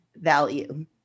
value